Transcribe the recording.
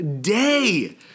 day